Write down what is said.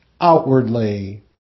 outwardly